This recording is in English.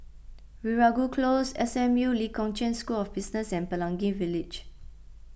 Veeragoo Close S M U Lee Kong Chian School of Business and Pelangi Village